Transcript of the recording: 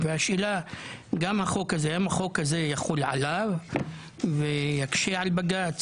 האם החול הזה יחול עליו ויקשה על בג"צ?